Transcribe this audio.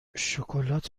شکلات